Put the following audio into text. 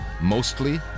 mostly